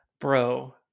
Bro